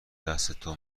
دستتو